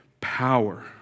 power